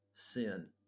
sin